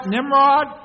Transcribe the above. Nimrod